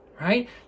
right